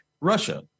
russia